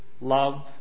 love